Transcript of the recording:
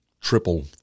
triple